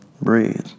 Breathe